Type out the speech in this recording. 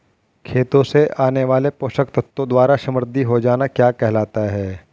खेतों से आने वाले पोषक तत्वों द्वारा समृद्धि हो जाना क्या कहलाता है?